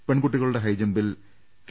പെൺകുട്ടികളുടെ ഹൈജംപിൽ കെ